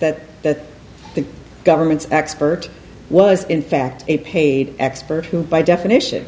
that that the government's expert was in fact a paid expert who by definition